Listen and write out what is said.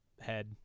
head